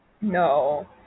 no